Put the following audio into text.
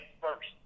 first